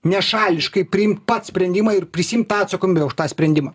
nešališkai priimt pats sprendimą ir prisiimt tą atsakomybę už tą sprendimą